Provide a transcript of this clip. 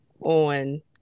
on